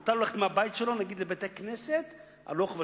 מותר לו ללכת מהבית שלו נגיד לבית-הכנסת הלוך ושוב.